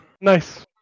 Nice